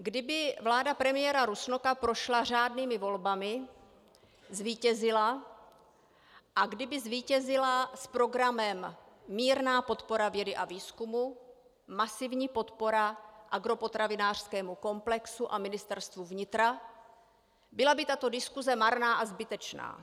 Kdyby vláda premiéra Rusnoka prošla řádnými volbami, zvítězila a kdyby zvítězila s programem mírná podpora vědy a výzkumu, masivní podpora agropotravinářskému komplexu a Ministerstvu vnitra, byla by tato diskuse marná a zbytečná.